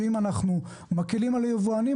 אם אנחנו מקלים על היבואנים,